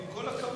עם כל הכבוד,